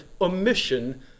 omission